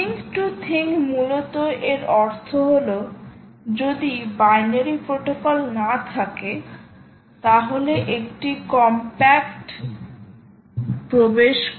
thing to thing মূলত এর অর্থ হল যদি বাইনারি প্রোটোকল না থাকে তাহলে একটি কমপ্যাক্ট প্রবেশ করে